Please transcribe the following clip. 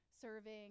serving